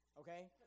okay